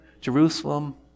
Jerusalem